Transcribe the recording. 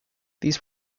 these